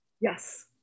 Yes